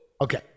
Okay